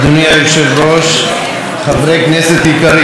אדוני היושב-ראש, חברי כנסת יקרים,